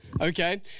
okay